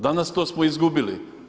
Danas to smo izgubili.